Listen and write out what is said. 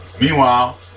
Meanwhile